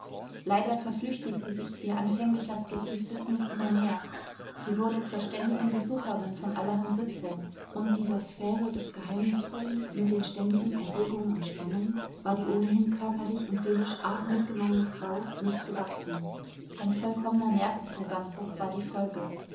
leider verflüchtigte sich ihr anfänglicher skeptizismus immer mehr sie wurde zur ständigen besucherin von allerhand sitzungen und dieser sphäre des geheimnisvollen mit den ständigen erregungen und spannungen war die ohnehin körperlich und seelisch arg mitgenommene frau nicht gewachsen ein vollkommener nervenzusammenbruch war die folge